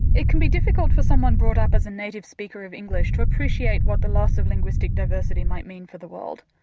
it can be difficult for someone brought up as a native speaker of english to appreciate what the loss of linguistic diversity might mean for the world.